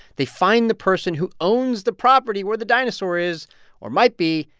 they find the person who owns the property where the dinosaur is or might be,